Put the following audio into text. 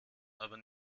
aber